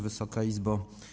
Wysoka Izbo!